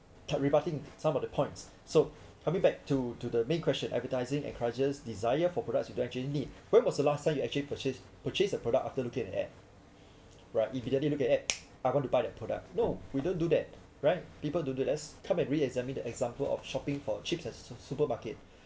kept rebutting some of the points so help me back to to the main question advertising encourages desire for products you don't actually need when was the last time you actually purchase purchase the product after looking at an ad right immediately look at ad I want to buy that product no we don't do that right people don't that let's come and re-examine the example of shopping for chips at su~ supermarket